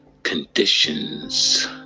conditions